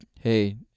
hey